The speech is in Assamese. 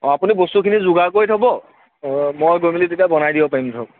অঁ আপুনি বস্তুখিনি যোগাৰ কৰি থ'ব মই গৈ মেলি তেতিয়া বনাই দিব পাৰিম ধৰক